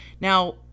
Now